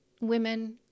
women